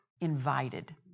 invited